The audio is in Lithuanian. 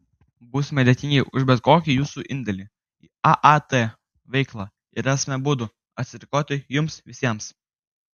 būsime dėkingi už bet kokį jūsų indėlį į aat veiklą ir rasime būdų atsidėkoti jums visiems